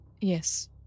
Yes